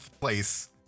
place